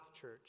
Church